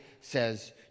says